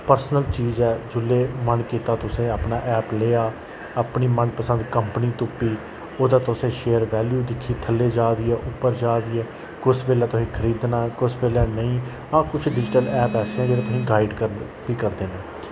personal चीज ऐ जुल्ले मन कीता तुसें अपना ऐप लेआ अपनी मन पसंद कंपनी तुप्पी ओह्दा तुसें शेयर वैलियू दिक्खी थल्ले जा दी ऐ उप्पर जा दी ऐ कुस वेल्लै तुसें खरीदना कुस वेल्लै नेईं हां कुश डिजिटल ऐप ऐसे न जेह्ड़े तुसें गाईड कर बी करदे न